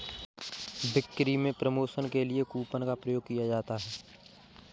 बिक्री में प्रमोशन के लिए कूपन का प्रयोग किया जाता है